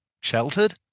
sheltered